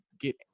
get